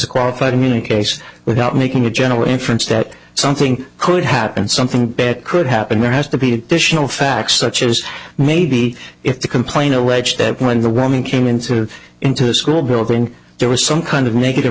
a qualified immunity case without making a general inference that something could happen something bad could happen there has to be additional facts such as maybe if the complaint alleged that when the woman came into the into the school building there was some kind of negative